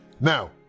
Now